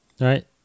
Right